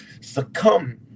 succumb